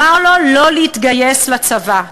אומר לו לא להתגייס לצבא,